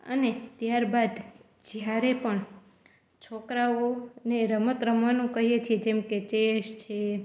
અને ત્યાર બાદ જ્યારે પણ છોકરાઓ ને રમત રમવાનું કહીએ છીએ જેમ કે ચેસ છે